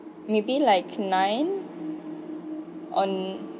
maybe like nine on